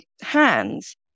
hands